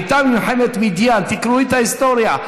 הייתה מלחמת מדיין, תקראו את ההיסטוריה.